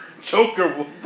Joker